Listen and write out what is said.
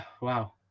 wow